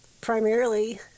Primarily